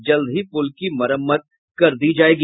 जल्द ही पुल की मरम्मत कर दी जायेगी